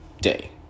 day